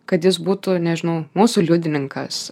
kad jis būtų nežinau mūsų liudininkas